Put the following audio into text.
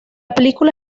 película